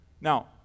Now